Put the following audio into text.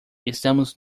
estamos